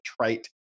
trite